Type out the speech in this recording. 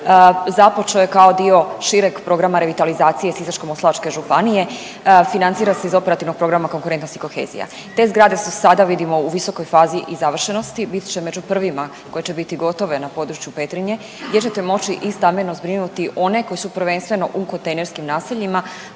započeo je kao dio šireg programa revitalizacije Sisačko-moslavačke županije, financira se iz Operativnog programa konkurentnost i kohezija. Te zgrade su sada, vidimo, u visokoj fazi i završenosti, biti će među prvima koje će biti gotove na području Petrinje, gdje ćete moći i stambeno zbrinuti one koji su prvenstveno u kontejnerskim naseljima,